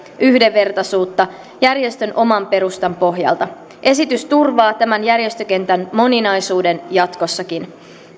yhdenvertaisuutta järjestön oman perustan pohjalta esitys turvaa tämän järjestökentän moninaisuuden jatkossakin